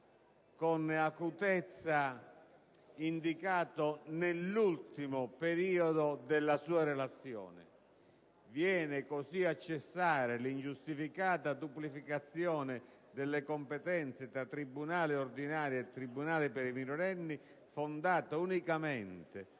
con acutezza indicato nell'ultimo periodo della sua relazione. Viene così a cessare l'ingiustificata duplicazione delle competenze tra tribunale ordinario e tribunale per i minorenni fondata unicamente